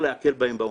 להקל בהם בעונש.